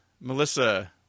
Melissa